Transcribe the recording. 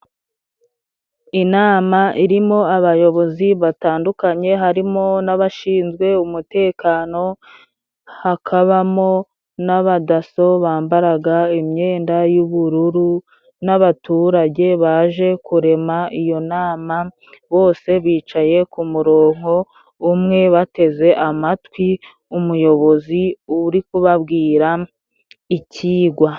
Inama irimo abayobozi batandukanye harimo n'abashinzwe umutekano, hakabamo n'abadaso bambaraga imyenda y'ubururu n'abaturage baje kurema iyo nama, bose bicaye ku murongo umwe bateze amatwi umuyobozi uri kubabwira ikigwa.